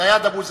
זיאד אבו זיאד,